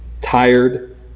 tired